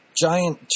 giant